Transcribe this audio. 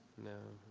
no.